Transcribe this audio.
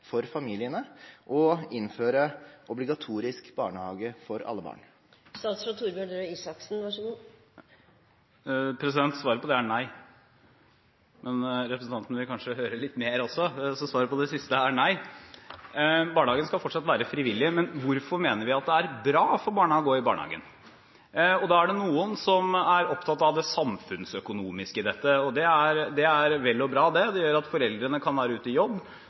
for familiene og innføre obligatorisk barnehage for alle barn? Svaret på det er nei. Men representanten vil kanskje høre litt mer også. Barnehagen skal fortsatt være frivillig. Hvorfor mener vi at det er bra for barna å gå i barnehagen? Det er noen som er opptatt av det samfunnsøkonomiske i dette, og det er vel og bra. Det gjør at foreldrene kan være ute i jobb